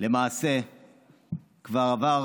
למעשה כבר עבר